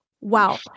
wow